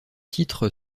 titre